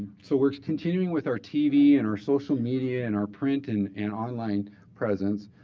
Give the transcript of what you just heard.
so we're continuing with our tv and our social media and our print and and online presence.